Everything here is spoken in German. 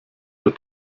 der